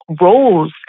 roles